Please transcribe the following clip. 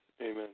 amen